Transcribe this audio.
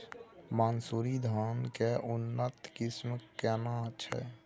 मानसुरी धान के उन्नत किस्म केना छै?